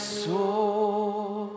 soul